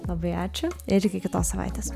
labai ačiū ir iki kitos savaitės